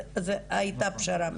אז הייתה פשרה.